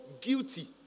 guilty